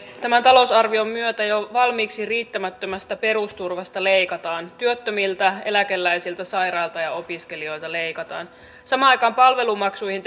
tämän talousarvion myötä jo valmiiksi riittämättömästä perusturvasta leikataan työttömiltä eläkeläisiltä sairailta ja opiskelijoilta leikataan samaan aikaan palvelumaksuihin